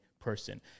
person